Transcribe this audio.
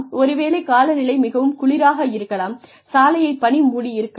ஒருவேளை காலநிலை மிகவும் குளிராக இருக்கலாம் சாலையை பனி மூடியிருக்கலாம்